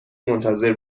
منتظر